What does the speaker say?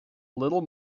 little